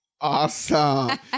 Awesome